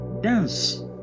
dance